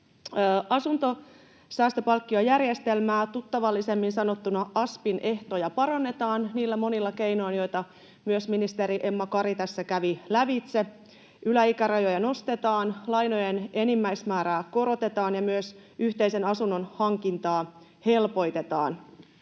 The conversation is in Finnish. Asuntosäästöpalkkiojärjestelmän, tuttavallisemmin sanottuna ”aspin”, ehtoja parannetaan niillä monilla keinoin, joita myös ministeri Emma Kari tässä kävi lävitse. Yläikärajoja nostetaan, lainojen enimmäismäärää korotetaan ja myös yhteisen asunnon hankintaa helpotetaan.